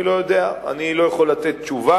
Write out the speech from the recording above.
אני לא יודע, אני לא יכול לתת תשובה.